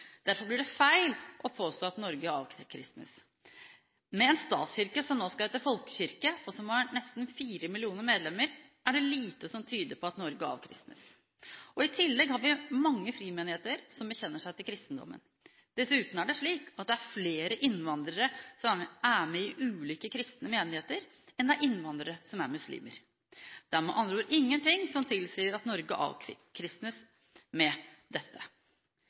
Derfor blir det feil å påstå at Norge avkristnes. Med en statskirke som nå skal hete folkekirke, og som har nesten 4 millioner medlemmer, er det lite som tyder på at Norge avkristnes. I tillegg har vi mange frimenigheter som bekjenner seg til kristendommen. Dessuten er det slik at det er flere innvandrere som er med i ulike kristne menigheter, enn det er innvandrere som er muslimer. Det er med andre ord ingenting som tilsier at Norge avkristnes med dette.